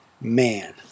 man